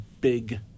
big